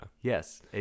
Yes